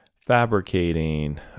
fabricating